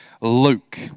Luke